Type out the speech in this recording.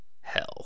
hell